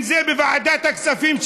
אם זה בוועדת הכספים,